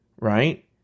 right